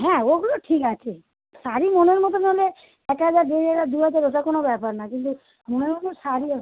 হ্যাঁ ওগুলো ঠিক আছে শাড়ি মনের মতন হলে এক হাজার দেড় হাজার দু হাজার ওসব কোনও ব্যাপার না কিন্তু মনের মতন শাড়ি